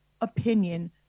opinion